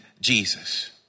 Jesus